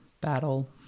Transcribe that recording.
battle